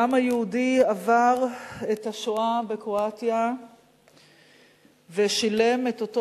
והעם היהודי עבר את השואה בקרואטיה ושילם את אותו